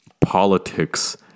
politics